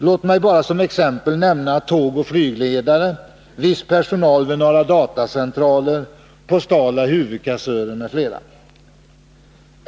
Låt mig bara som exempel nämna tågoch flygledare, viss personal vid några datacentraler, postala huvudkassörer m.fl.